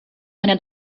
einer